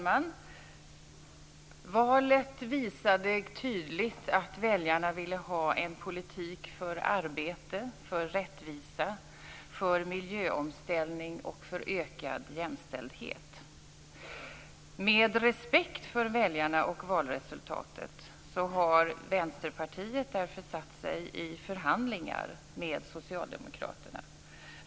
Fru talman! Valet visade tydligt att väljarna ville ha en politik för arbete, för rättvisa, för miljöomställning och för ökad jämställdhet. Med respekt för väljarna och valresultatet har Vänsterpartiet därför satt sig i förhandlingar med Socialdemokraterna.